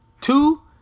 two